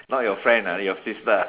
not your friend ah your sister